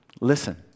Listen